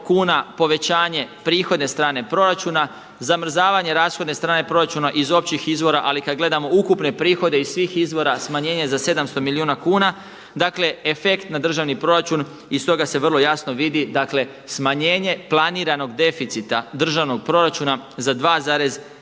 kuna povećanje prihodne strane proračuna, zamrzavanje rashodne strane proračuna iz općih izvora ali kad gledamo ukupne prihode iz svih izvora, smanjenje za 700 milijuna kuna. Dakle, efekt na državni proračun i iz toga se vrlo jasno vidi, dakle smanjenje planiranog deficita državnog proračuna za 2,2